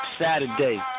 Saturday